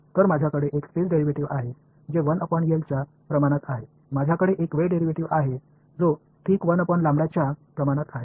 तर माझ्याकडे एक स्पेस डेरिव्हेटिव्ह आहे जे 1L च्या प्रमाणात आहे माझ्याकडे एक वेळ डेरिव्हेटिव्ह आहे जो ठीक च्या प्रमाणात आहे